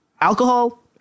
Alcohol